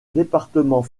département